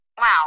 Wow